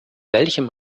welchem